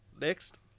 Next